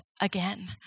again